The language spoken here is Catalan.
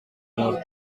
mort